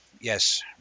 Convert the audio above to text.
yes